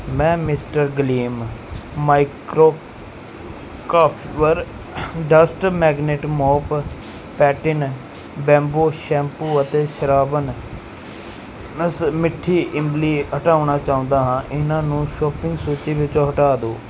ਮੈਂ mister gleam micro copper dust magnet mop Pantene bamboo shampoo ਅਤੇ ਸਰਾਵਨਨਸ ਮਿੱਠੀ ਇਮਲੀ ਹਟਾਉਣਾ ਚਾਹੁੰਦਾ ਹਾਂ ਇਹਨਾਂ ਨੂੰ ਸ਼ੌਪਿੰਗ ਸੂਚੀ ਵਿੱਚੋ ਹਟਾ ਦਿਓ